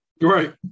right